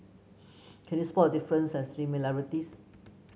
can you spot the differences and similarities